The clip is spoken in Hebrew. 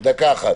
צודקת.